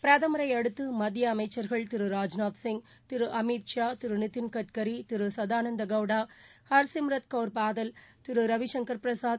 பிரதமரை அடுத்து மத்திய அமைச்சர்கள் திரு ராஜ்நாத் சிங் திரு அமித் ஷா திரு நிதின் கட்கி திரு சதானந்த கௌடா ஹர்சிம்ரத் கௌர்பாதல் திரு ரவிசங்கள் பிரசாத்